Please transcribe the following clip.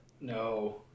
No